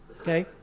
Okay